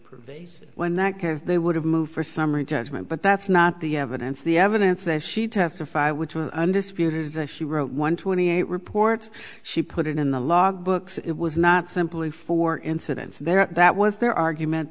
pervasive when that because they would have moved for summary judgment but that's not the evidence the evidence that she testified which was undisputed is that she wrote one twenty eight reports she put it in the log books it was not simply four incidents there that was their argument